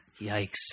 Yikes